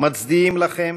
מצדיעים לכם,